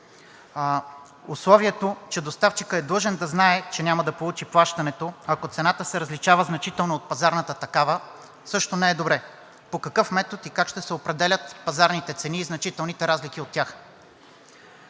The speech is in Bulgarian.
Условието, че доставчикът е длъжен да знае, че няма да получи плащането, ако цената се различава значително от пазарната такава, също не е добре, а също по какъв метод и как ще се определят пазарните цени и значителните разлики от тях.